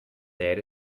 there